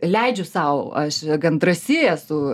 leidžiu sau aš gan drąsi esu